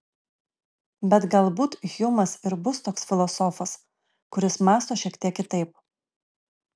bet galbūt hjumas ir bus toks filosofas kuris mąsto šiek tiek kitaip